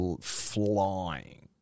flying